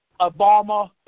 Obama